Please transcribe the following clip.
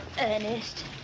Ernest